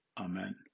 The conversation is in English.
Amen